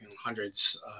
hundreds